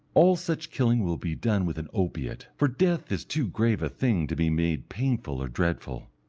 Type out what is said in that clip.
all such killing will be done with an opiate, for death is too grave a thing to be made painful or dreadful,